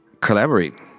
Collaborate